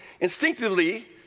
instinctively—